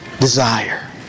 desire